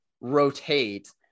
rotate